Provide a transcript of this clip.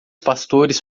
pastores